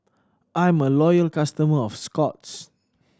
I'm a loyal customer of Scott's